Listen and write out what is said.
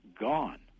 gone